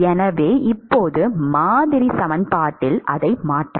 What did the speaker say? எனவே இப்போது மாதிரி சமன்பாட்டில் அதை மாற்றலாம்